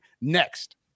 next